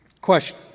Question